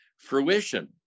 fruition